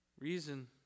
Reason